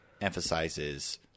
emphasizes